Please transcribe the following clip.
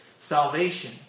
salvation